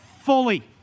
fully